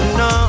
no